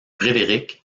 frédérique